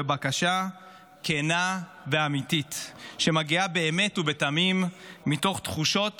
בבקשה כנה ואמיתית שמגיעה באמת ובתמים מתוך תחושות